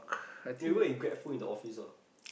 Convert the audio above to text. you work in grabfood in the office ah